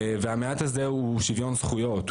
והמעט הזה הוא שוויון זכויות,